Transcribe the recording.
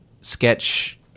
sketch